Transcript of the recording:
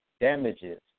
damages